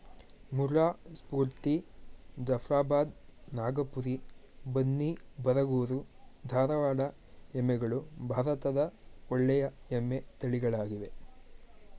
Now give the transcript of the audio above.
ಮುರ್ರಾ, ಸ್ಪೂರ್ತಿ, ಜಫ್ರಾಬಾದ್, ನಾಗಪುರಿ, ಬನ್ನಿ, ಬರಗೂರು, ಧಾರವಾಡ ಎಮ್ಮೆಗಳು ಭಾರತದ ಒಳ್ಳೆಯ ಎಮ್ಮೆ ತಳಿಗಳಾಗಿವೆ